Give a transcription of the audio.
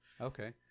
Okay